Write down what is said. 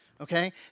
Okay